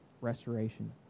restoration